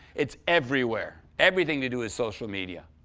it's everywhere. everything they do is social media.